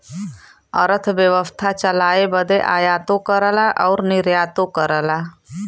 अरथबेवसथा चलाए बदे आयातो करला अउर निर्यातो करला